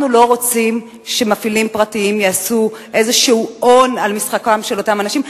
אנחנו לא רוצים שמפעילים פרטיים יעשו איזה הון על גבם של אותם אנשים,